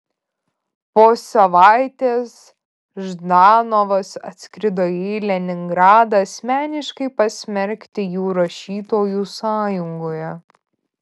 po savaitės ždanovas atskrido į leningradą asmeniškai pasmerkti jų rašytojų sąjungoje